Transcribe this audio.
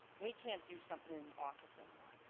we can't do something opposite of that?